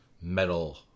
metal